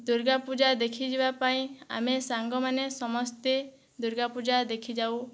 ଦୁର୍ଗାପୂଜା ଦେଖି ଯିବାପାଇଁ ଆମେ ସାଙ୍ଗମାନେ ସମସ୍ତେ ଦୁର୍ଗାପୂଜା ଦେଖିଯାଉ